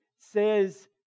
says